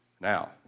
Now